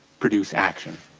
produce action.